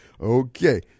Okay